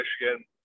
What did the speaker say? michigan